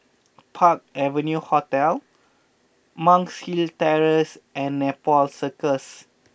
Park Avenue Hotel Monk's Hill Terrace and Nepal Circus